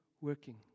working